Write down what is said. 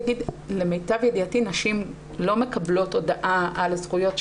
למיטב ידיעתי נשים לא מקבלות הודעה על הזכויות שלהן.